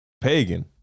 pagan